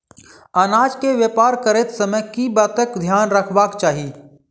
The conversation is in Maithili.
अनाज केँ व्यापार करैत समय केँ बातक ध्यान रखबाक चाहि?